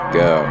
go